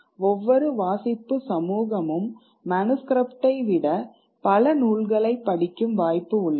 ஒவ்வொரு வாசிப்பு சமூகமும் மனுஷ்கிரிப்டை விட பல நூல்களை படிக்கும் வாய்ப்பு உள்ளது